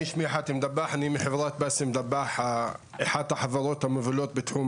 הוא מגיש את הבקשה, ואתה אומר לו.